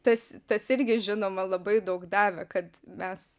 tas tas irgi žinoma labai daug davė kad mes